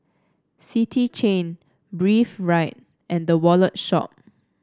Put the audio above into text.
City Chain Breathe Right and The Wallet Shop